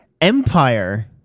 Empire